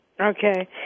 Okay